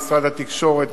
משרד התקשורת,